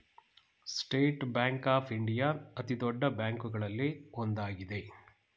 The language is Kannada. ಸ್ಟೇಟ್ ಬ್ಯಾಂಕ್ ಆಫ್ ಇಂಡಿಯಾ ಅತಿದೊಡ್ಡ ಬ್ಯಾಂಕುಗಳಲ್ಲಿ ಒಂದಾಗಿದೆ